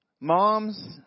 Moms